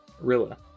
Rilla